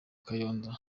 kayonza